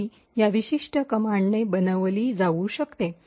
या विशिष्ट कमैन्ड ने बनवली जाऊ शकते